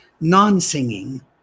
non-singing